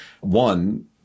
one